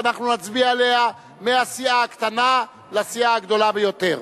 ואנחנו נצביע עליהן מהסיעה הקטנה לסיעה הגדולה ביותר.